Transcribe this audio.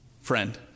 friend